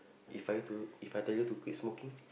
If I were to If I tell you to quit smoking